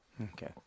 okay